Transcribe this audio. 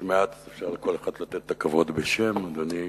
יש מעט ואפשר לתת לכל אחד את הכבוד בשם, אדוני.